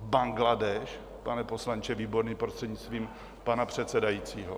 Bangladéš, pane poslanče Výborný, prostřednictvím pana předsedajícího?